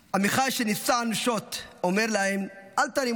עמיחי, שנפצע אנושות, אומר להם: "אל תרימו אותי.